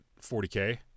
40K